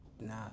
nah